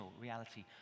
reality